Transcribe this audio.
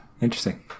interesting